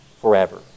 forever